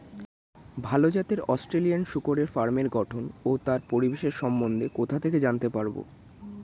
ভাল জাতের অস্ট্রেলিয়ান শূকরের ফার্মের গঠন ও তার পরিবেশের সম্বন্ধে কোথা থেকে জানতে পারবো?